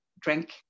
drink